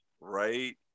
right